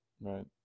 Right